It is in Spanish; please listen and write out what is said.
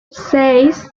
seis